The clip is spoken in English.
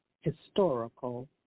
historical